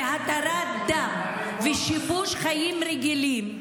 התרת דם ושיבוש חיים רגילים,